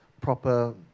proper